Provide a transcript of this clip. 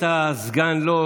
אתה סגן לא פעם ולא,